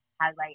highlight